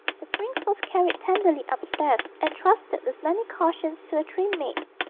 the prince was carried tenderly upstairs, entrusted with many cautions to a trim maid,